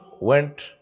went